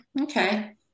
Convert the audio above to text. okay